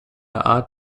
art